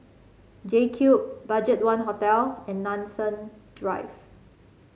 JCube BudgetOne Hotel and Nanson Drive